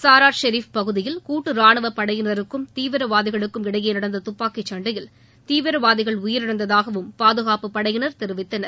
சாரார் ஷெரீப் பகுதியில் கூட்டு ராணுவ படையினருக்கும் தீவிரவாதிகளுக்கும் இடையே நடந்த துப்பாக்கிச் சண்டையில் தீவிரவாதிகள் உயிரிழந்ததாகவும் பாதுகாப்பு படையினர் தெரிவித்தனர்